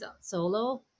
solo